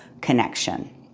connection